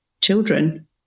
children